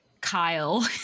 Kyle